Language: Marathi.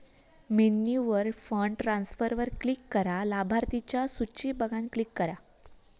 मेन्यूवर फंड ट्रांसफरवर क्लिक करा, लाभार्थिंच्या सुची बघान क्लिक करा